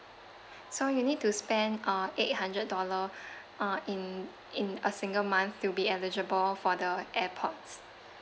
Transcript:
so you need to spend uh eight hundred dollar uh in in a single month to be eligible for the airpods